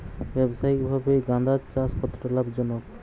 ব্যবসায়িকভাবে গাঁদার চাষ কতটা লাভজনক?